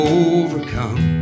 overcome